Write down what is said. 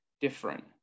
different